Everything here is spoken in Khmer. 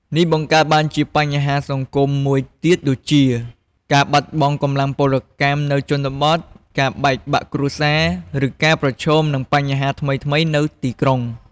នេះបង្កើតបានជាបញ្ហាសង្គមមួយទៀតដូចជា ការបាត់បង់កម្លាំងពលកម្មនៅជនបទ ការបែកបាក់គ្រួសារ ឬការប្រឈមនឹងបញ្ហាថ្មីៗនៅទីក្រុង។